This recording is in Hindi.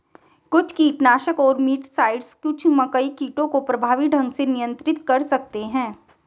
कुछ कीटनाशक और मिटसाइड्स कुछ मकई कीटों को प्रभावी ढंग से नियंत्रित कर सकते हैं